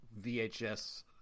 VHS